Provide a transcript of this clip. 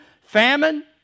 famine